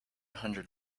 hundred